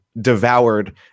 devoured